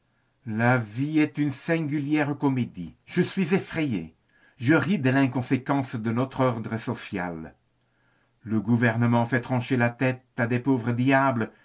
la vie est une singulière comédie je suis effrayé je ris de l'inconséquence de notre ordre social le gouvernement fait trancher la tête à de pauvres diables